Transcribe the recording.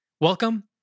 Welcome